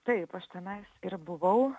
taip aš tenai ir buvau